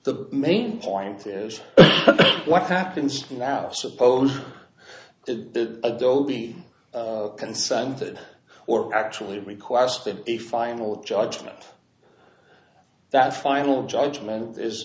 the main point is what happens now suppose the adobe consented or actually requested a final judgment that final judgment is